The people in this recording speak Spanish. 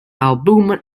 álbum